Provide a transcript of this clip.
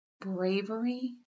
Bravery